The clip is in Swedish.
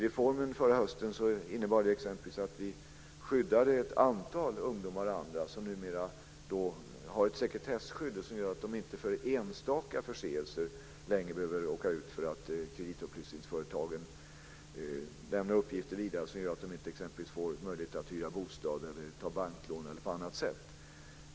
Reformen förra hösten innebar att vi gav ett antal ungdomar och andra ett sekretesskydd. Det gör att de inte längre för enstaka förseelser behöver råka ut för att kreditupplysningsföretagen lämnar vidare uppgifter som leder till att de inte får t.ex. hyra bostad eller ta banklån.